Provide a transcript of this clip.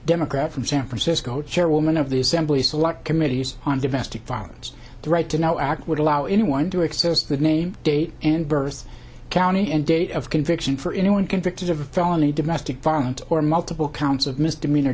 democrat from san francisco chairwoman of the assembly select committees on domestic violence the right to know act would allow anyone to access the name date and birth county end date of conviction for anyone convicted of felony domestic violence or multiple counts of misdemeanor